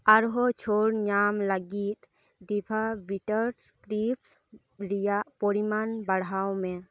ᱟᱨ ᱦᱚᱸ ᱪᱷᱟᱹᱲ ᱧᱟᱢ ᱞᱟᱜᱤᱫ ᱰᱤᱵᱷᱟ ᱵᱤᱴᱟᱨᱥ ᱪᱤᱯᱥ ᱨᱮᱭᱟᱜ ᱯᱚᱨᱤᱢᱟᱱ ᱵᱟᱲᱦᱟᱣ ᱢᱮ